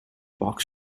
box